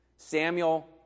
Samuel